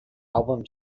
album